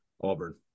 Auburn